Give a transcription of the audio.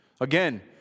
Again